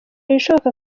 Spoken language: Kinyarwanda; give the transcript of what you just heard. ibishoboka